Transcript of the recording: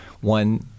one